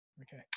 okay